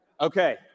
Okay